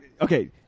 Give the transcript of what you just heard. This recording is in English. Okay